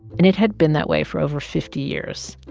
and it had been that way for over fifty years.